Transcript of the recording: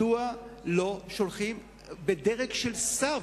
מדוע לא שולחים בדרג של שר?